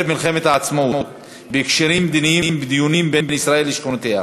מלחמת העצמאות בהקשרים מדיניים ובדיונים בין ישראל לשכנותיה.